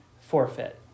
forfeit